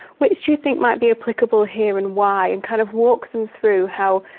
which do you think might be applicable here and why, and kind of walk them through how,